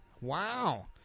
Wow